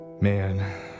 Man